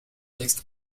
texte